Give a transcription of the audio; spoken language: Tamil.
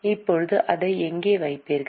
இப்போது அதை எங்கே வைப்பீர்கள்